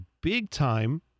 big-time